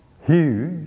huge